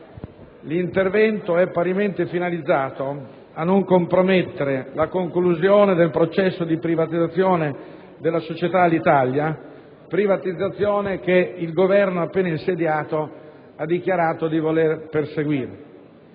L'intervento è parimenti finalizzato a non compromettere la conclusione del processo di privatizzazione della società Alitalia, privatizzazione che il Governo appena insediato ha dichiarato di voler perseguire.